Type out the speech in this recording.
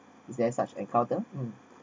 is there such encounter mm